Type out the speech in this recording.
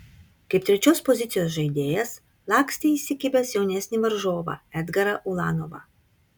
kaip trečios pozicijos žaidėjas lakstė įsikibęs jaunesnį varžovą edgarą ulanovą